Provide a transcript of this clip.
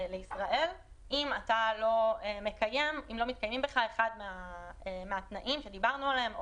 אם לא מתקיימים בך אחד מהתנאים שדיברנו עליהם,